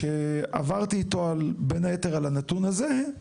וכשעברתי איתו בין היתר על הנתון הזה,